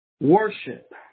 worship